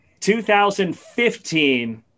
2015